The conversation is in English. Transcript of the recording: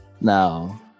Now